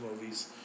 movies